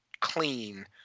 clean